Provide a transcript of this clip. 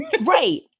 Right